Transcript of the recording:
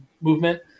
movement